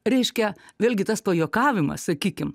reiškia vėlgi tas pajuokavimas sakykim